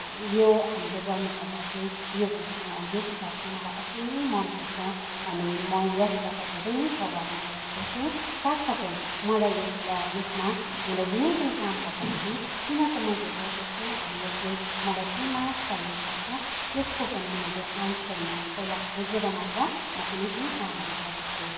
यो हामीले गर्नु पर्दा चाहिँ यो बुक यो किताब चाहिँ मलाई अति नै मनपर्छ अनि म यसबाट धेरै नै प्रभावित भएको छु साथ साथै मलाई यसमा हुँदा जुनै पनि काम गर्दाखेरि किन चाहिँ मैले गर्दैछु अनि यसले मलाई केमा सहयोग गर्छ त्यसको पनि मैले एन्सर म पहिला खोजेर मात्र म कुनै पनि कामहरू गर्दछु